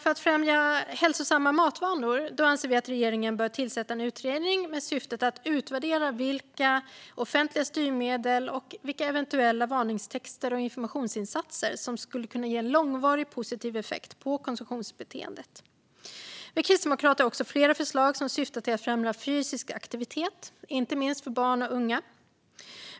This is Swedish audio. För att främja hälsosamma matvanor anser vi att regeringen bör tillsätta en utredning med syfte att utvärdera vilka offentliga styrmedel och vilka eventuella varningstexter och informationsinsatser som skulle kunna ge en långvarig positiv effekt på konsumtionsbeteendet. Vi kristdemokrater har också flera förslag som syftar till att främja fysisk aktivitet, inte minst för barn och unga.